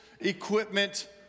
equipment